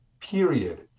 period